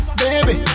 baby